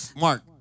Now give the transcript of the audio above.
Mark